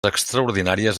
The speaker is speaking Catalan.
extraordinàries